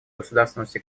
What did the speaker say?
государственного